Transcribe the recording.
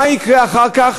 מה יקרה אחר כך?